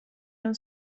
non